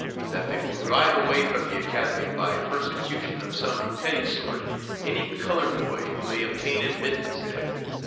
and that they will drive away from the academy by persecution of some petty sort any colored boy who may obtain admittance there.